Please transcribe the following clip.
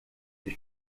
ich